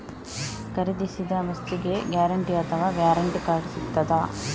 ಖರೀದಿಸಿದ ವಸ್ತುಗೆ ಗ್ಯಾರಂಟಿ ಅಥವಾ ವ್ಯಾರಂಟಿ ಕಾರ್ಡ್ ಸಿಕ್ತಾದ?